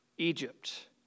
Egypt